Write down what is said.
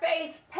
faith